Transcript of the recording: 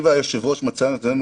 אבל התפשרתם על כמה?